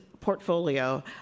portfolio